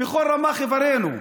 בכל רמ"ח איברינו.